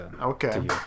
okay